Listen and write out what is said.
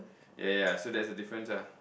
ya ya so that's the difference ah